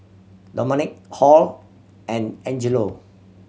Domonique Hall and Angelo